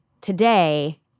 today